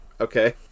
Okay